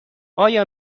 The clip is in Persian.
آیا